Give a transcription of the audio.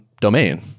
domain